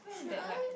should I